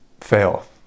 fail